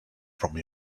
from